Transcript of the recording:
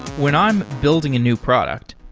when i'm building a new product,